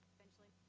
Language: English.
eventually